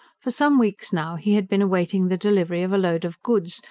for some weeks now he had been awaiting the delivery of a load of goods,